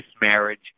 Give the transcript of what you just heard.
marriage